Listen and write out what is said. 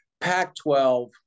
Pac-12